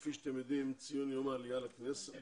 כפי שאתם יודעים, היום יום ציון העלייה בכנסת.